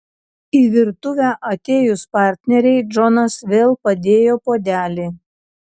į virtuvę atėjus partnerei džonas vėl padėjo puodelį